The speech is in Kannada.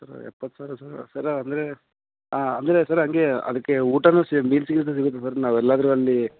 ಸರ್ ಎಪ್ಪತ್ತು ಸಾವಿರ ಸರ್ ಸರ ಅಂದರೆ ಹಾಂ ಅಂದರೆ ಸರ್ ಹಂಗೆ ಅದಕ್ಕೆ ಊಟ ಸೇರಿ ಮೀಲ್ಸ್ ಗೀಲ್ಸ್ ಸಿಗುತ್ತಾ ಸರ್ ನಾವೆಲ್ಲಾದರು ಅಲ್ಲಿ